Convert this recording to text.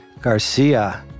Garcia